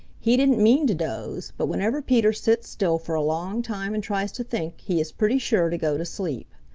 he didn't mean to doze, but whenever peter sits still for a long time and tries to think, he is pretty sure to go to sleep.